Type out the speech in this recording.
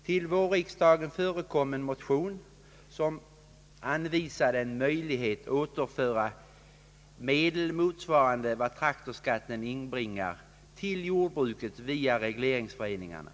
Till vårriksdagen väcktes en motion, i vilken anvisades en möjlighet att återföra medel, motsvarande vad traktorskatten inbringar, till jordbruket via regleringsföreningarna.